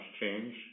change